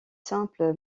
simple